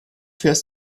fährst